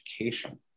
education